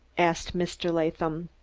asked mr. latham.